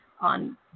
On